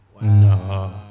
No